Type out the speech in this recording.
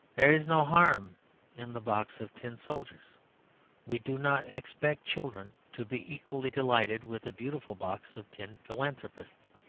there is no harm in the box of tin soldiers we do not expect children to be equally delighted with a beautiful box of tin philanthropists.